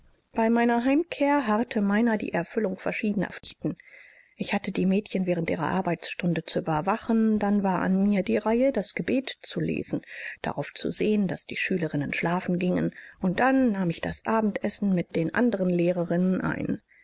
bei meiner heimkehr harrte meiner die erfüllung verschiedener pflichten ich hatte die mädchen während ihrer arbeitsstunde zu überwachen dann war an mir die reihe das gebet zu lesen darauf zu sehen daß die schülerinnen schlafen gingen und dann nahm ich das abendessen mit den anderen lehrerinnen ein